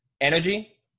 energy